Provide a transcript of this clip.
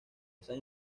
esas